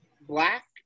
black